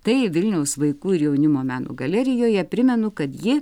tai vilniaus vaikų ir jaunimo meno galerijoje primenu kad ji